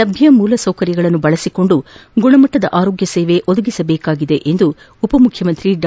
ಲಭ್ಯ ಮೂಲಸೌಕರ್ಯಗಳನ್ನು ಬಳಸಿಕೊಂಡು ಗುಣಮಟ್ಟದ ಆರೋಗ್ಯ ಸೇವೆ ಒದಗಿಸಬೇಕಾಗಿದೆ ಎಂದು ಡಾ